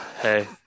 Hey